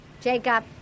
Jacob